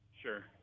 Sure